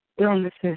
illnesses